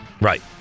right